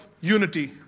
unity